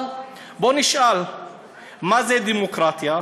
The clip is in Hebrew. אבל בואו נשאל מה זה דמוקרטיה.